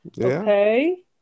okay